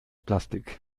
plastik